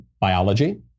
biology